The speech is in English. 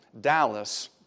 Dallas